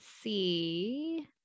see